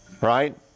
right